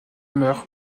meurt